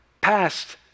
past